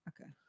Okay